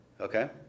okay